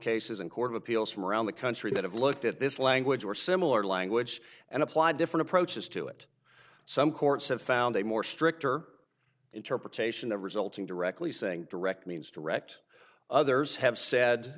cases and court of appeals from around the country that have looked at this language or similar language and applied different approaches to it some courts have found a more stricter interpretation of resulting directly saying direct means direct others have said